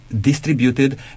distributed